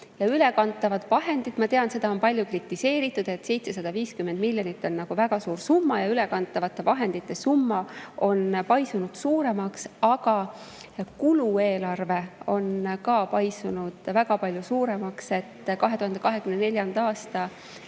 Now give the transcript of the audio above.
Ülekantavad vahendid – ma tean, et seda on palju kritiseeritud, et 750 miljonit on väga suur summa ja ülekantavate vahendite summa on paisunud suuremaks. Aga kulueelarve on ka paisunud väga palju suuremaks. 2024. aasta